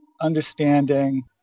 understanding